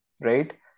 Right